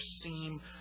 seem